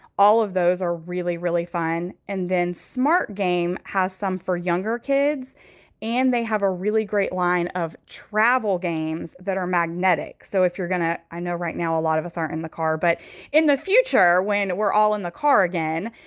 all of those are really, really fine. and then smart game has some for younger kids and they have a really great line of travel games that are magnetic so if you're going to i know right now a lot of us are in the car, but in the future, when we're all in the car again,